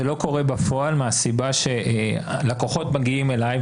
זה לא קורה בפועל מהסיבה שלקוחות מגיעים אליי,